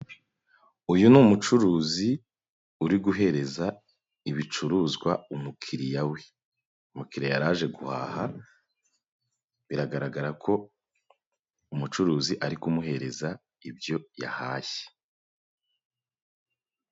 Uyu ni umucuruzi, uri guhereza ibicuruzwa umukiriya we, umukiriya yari aje guhaha, biragaragara ko umucuruzi ari kumuhereza ibyo yahashye.